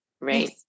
right